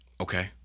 Okay